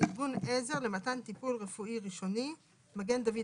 "ארגון עזר לתן טיפול רפואי ראשוני" = מגן דוד